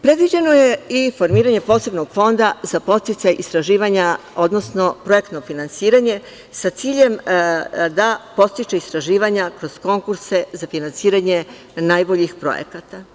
Predviđeno je i formiranje posebnog fonda za podsticaj istraživanja, odnosno projektno finansiranje sa ciljem da podstiče istraživanja kroz konkurse za finansiranje najboljih projekata.